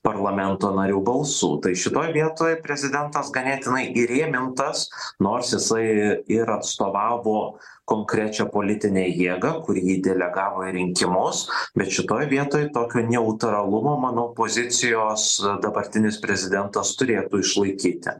parlamento narių balsų tai šitoj vietoj prezidentas ganėtinai įrėmintas nors jisai ir atstovavo konkrečią politinę jėgą kuri jį delegavo į rinkimus bet šitoj vietoj tokio neutralumo manau pozicijos dabartinis prezidentas turėtų išlaikyti